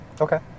Okay